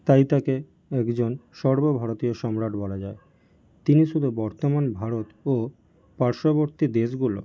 তাই তাকে একজন সর্বভারতীয় সম্রাট বলা যায় তিনি শুধু বর্তমান ভারত ও পার্শ্ববর্তী দেশগুলো